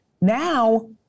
Now